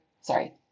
sorry